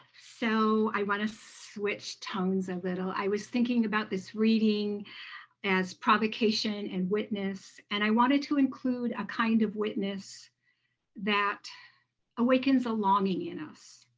so i want to switch tones a little. i was thinking about this reading as provocation and witness and i wanted to include a kind of witness that awakens a longing in us,